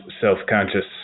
self-conscious